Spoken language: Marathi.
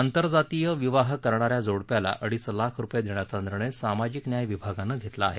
आंतरजातीय विवाह करणा या जोडप्याला अडीच लाख रुपये देण्याचा निर्णय सामाजिक न्याय विभागानं घेतला आहे